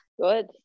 Good